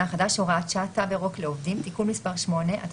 החדש (הוראת שעה) (תו ירוק לעובדים) (תיקון מס' 8),